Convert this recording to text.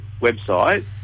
website